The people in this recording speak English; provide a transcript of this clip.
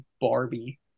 Barbie